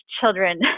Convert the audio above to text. children